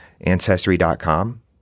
Ancestry.com